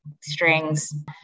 strings